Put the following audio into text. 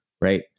right